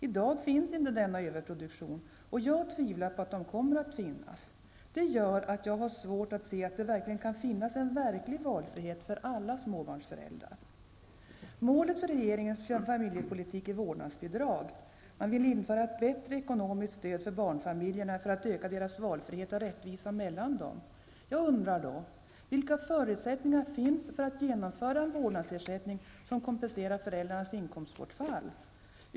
I dag finns inte denna överproduktion och jag tvivlar på att den kommer att finnas. Detta gör att jag har svårt att se att det verkligen kan finnas en verklig valfrihet för alla småbarnsföräldrar. Målet för regeringens familjepolitik är vårdnadsbidrag. Man vill införa ett bättre ekonomiskt stöd för barnfamiljerna för att öka deras valfrihet och rättvisan mellan dem. Jag undrar då: Vilka förutsättningar finns för att genomföra en vårdnadsersättning som kompenserar föräldrarnas inkomstbortfall?